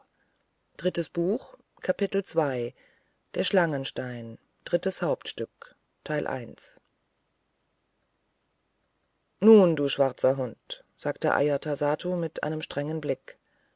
der schlangenstein drittes hauptstück nun du schwarzer hund sagte ajatasattu mit einem strengen blick